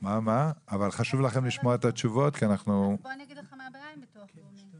בוא אני אגיד לך מה הבעיה עם ביטוח לאומי.